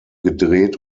gedreht